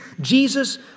Jesus